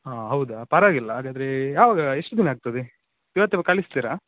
ಹಾಂ ಹೌದಾ ಪರವಾಗಿಲ್ಲ ಹಾಗಾದರೆ ಯಾವಾಗ ಎಷ್ಟು ದಿನ ಆಗ್ತದೆ ಇವತ್ತೆ ಕಳಿಸ್ತೀರ